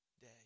day